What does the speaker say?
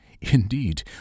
Indeed